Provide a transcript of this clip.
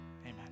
Amen